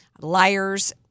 Liars